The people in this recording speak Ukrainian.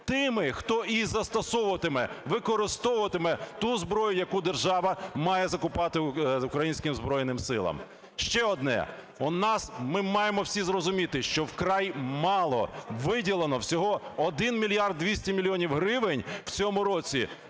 тими, хто її застосовуватиме, використовуватиме, ту зброю, яку держава має закупати українським Збройним силам. Ще одне. Ми маємо всі зрозуміти, що вкрай мало виділено, всього 1 мільярд 200 мільйонів гривень, в цьому році